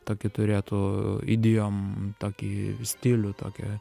tokį turėtų idijom tokį stilių tokią